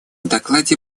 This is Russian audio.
докладе